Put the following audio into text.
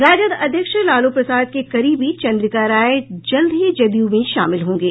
राजद अध्यक्ष लालू प्रसाद के करीबी चन्द्रिका राय जल्द ही जदयू में शामिल होंगे